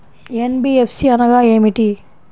NBFC అనగా ఏమిటీ?